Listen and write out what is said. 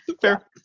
Fair